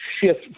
Shift